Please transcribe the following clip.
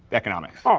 economics. ah